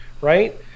right